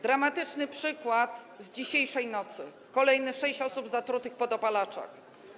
Dramatyczny przykład z dzisiejszej nocy: kolejne sześć osób zatrutych po dopalaczach.